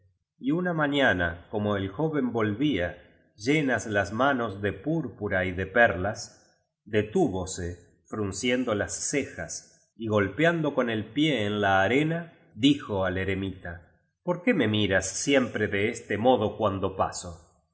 y una mañana como el joven volvía llenas la manos de púr biblioteca nacional de españa seis poemas inéditos pe oscar vildb pura y de perlas detúvose frunciendo las cejas y golpeando con el pie en la arena dijo al eremita por qué me miráis siempre de este modo cuando paso